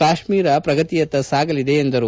ಕಾಶ್ಮೀರ ಪ್ರಗತಿಯತ್ತ ಸಾಗಲಿದೆ ಎಂದರು